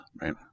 Right